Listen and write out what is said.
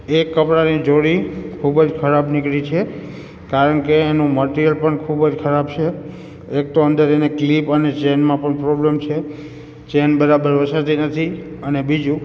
એ કપડાંની જોડી ખૂબ જ ખરાબ નીકળી છે કારણકે એનું મટીરિયલ પણ ખૂબ જ ખરાબ છે એક તો અંદર એને ક્લિપ અને ચેઇનમાં પણ પ્રૉબ્લેમ છે ચેઇન બરાબર વસાતી નથી અને બીજું